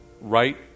Right